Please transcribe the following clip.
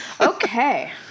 Okay